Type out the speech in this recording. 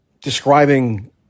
describing